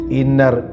inner